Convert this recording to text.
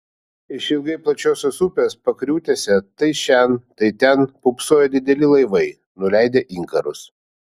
išilgai plačiosios upės pakriūtėse tai šen tai ten pūpsojo dideli laivai nuleidę inkarus